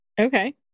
Okay